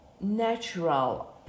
natural